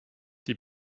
die